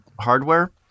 hardware